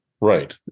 Right